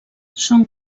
són